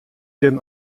den